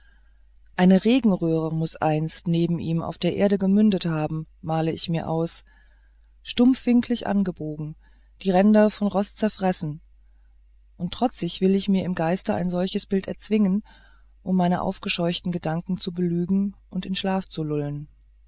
eine regenröhre muß einst neben ihm auf der erde gemündet haben male ich mir aus stumpfwinklig abgebogen die ränder von rost zerfressen und trotzig will ich mir im geiste ein solches bild erzwingen um meine aufgescheuchten gedanken zu belügen und in schlaf zu lullen